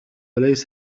ليس